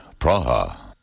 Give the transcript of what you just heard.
Praha